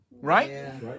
Right